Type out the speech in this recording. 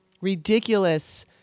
ridiculous